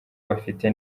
bafite